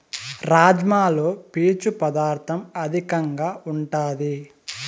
రాజ్మాలో పీచు పదార్ధం అధికంగా ఉంటాది